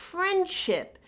Friendship